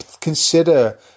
consider